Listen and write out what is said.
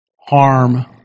harm